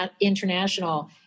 international